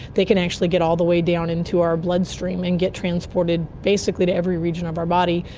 they can actually get all the way down into our bloodstream and get transported basically to every region of our body,